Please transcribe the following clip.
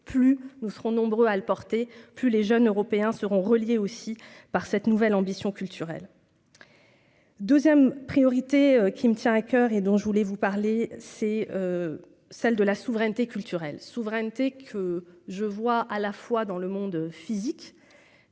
plus nous serons nombreux à le porter plus les jeunes Européens seront reliés aussi par cette nouvelle ambition culturelle. 2ème priorité. Qui me tient à coeur et dont je voulais vous parler, c'est celle de la souveraineté culturelle souveraineté que je vois à la fois dans le monde physique